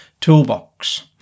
toolbox